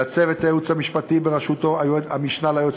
לצוות הייעוץ המשפטי בראשות המשנה ליועץ